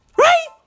right